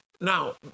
now